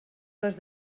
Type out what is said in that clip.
les